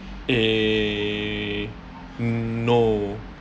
eh no